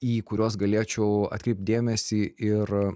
į kuriuos galėčiau atkreipt dėmesį ir